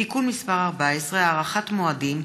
(תיקון מס' 14) (הארכת מועדים),